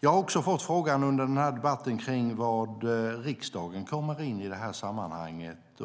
Jag har också fått en fråga om var riksdagen kommer in i sammanhanget.